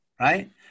right